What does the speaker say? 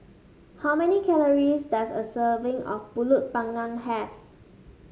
how many calories does a serving of pulut panggang have